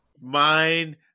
Mind